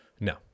no